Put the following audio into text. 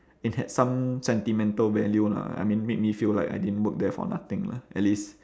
it had some sentimental value lah I mean made me feel like I didn't work there for nothing lah at least